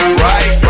right